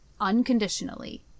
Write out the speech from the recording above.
unconditionally